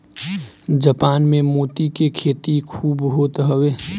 Japan में मोती के खेती खूब होत हवे